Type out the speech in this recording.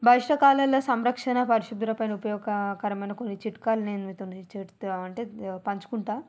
బహిష్ట కాలంలో సంరక్షణ పరిశుభ్రత పైన ఉపయోగకరమయిన కొన్ని చిట్కాలు నేను మీతో చెబుతాను అంటే పంచుకుంటా